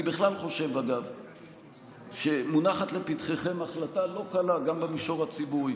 אני בכלל חושב שמונחת לפתחכם החלטה לא קלה גם במישור הציבורי,